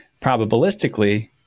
probabilistically